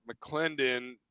McClendon